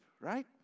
right